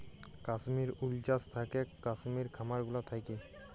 কাশ্মির উল চাস থাকেক কাশ্মির খামার গুলা থাক্যে